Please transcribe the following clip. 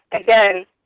Again